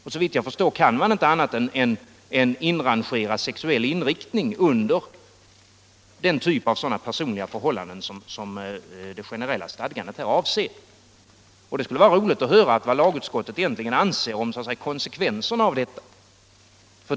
Och såvitt jag förstår kan man inte annat än inrangera den sexuella inriktningen under den typ av personliga förhållanden som det generella stadgandet här avser. Det skulle vara ' roligt att höra vad lagutskottet anser om konsekvenserna av detta.